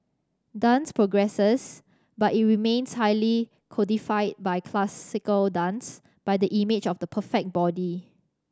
dance progresses but it remains highly codified by classical dance by the image of the perfect body